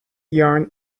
yarn